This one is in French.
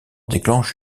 déclenche